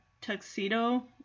tuxedo